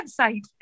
website